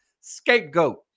scapegoat